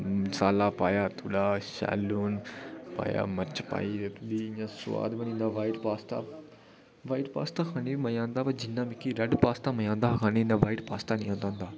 मसाला पाया थोह्ड़ा शैल लून पाया मर्च पाई इं'या सोआद बनी जंदा वाईट पास्ता व्हाईट पास्ता खाने गी मज़ा आंदा पर जि'न्ना मिगी रेड पास्ता खाने गी मज़ा आंदा हा खाने गी इ'न्ना व्हाईट पास्ता निं आंदा